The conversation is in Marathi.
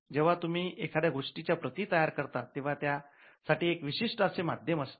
जेव्हा तुम्ही एखाद्या गोष्टीच्या प्रती तयार करतात तेव्हा त्या साठी एक विशिष्ट असे माध्यम असते